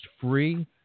free